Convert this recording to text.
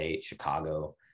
Chicago